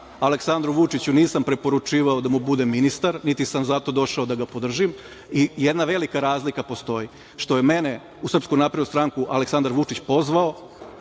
Aleksandru Vučiću nisam preporučivao da mu budem ministar, niti sam zato došao da podržim i jedna velika razlika postoji, što je mene u SNS Aleksandar Vučić pozvao,